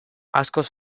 askoz